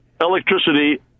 electricity